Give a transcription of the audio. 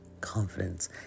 confidence